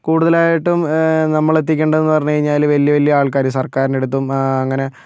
കൂടുതലായിട്ടും നമ്മൾ എത്തിക്കേണ്ടതെന്ന് പറഞ്ഞു കഴിഞ്ഞാല് വലിയ വലിയ ആൾക്കാര് സർക്കാരിനടുത്തും അങ്ങനെ